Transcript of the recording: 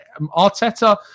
Arteta